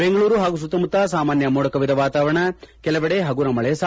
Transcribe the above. ಬೆಂಗಳೂರು ಹಾಗೂ ಸುತ್ತಮುತ್ತ ಸಾಮಾನ್ನ ಮೋಡ ಕವಿದ ವಾತಾವರಣ ಕೆಲವೆಡೆ ಹಗುರ ಮಳೆ ಸಾಧ್ಯತೆ